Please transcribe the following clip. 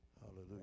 Hallelujah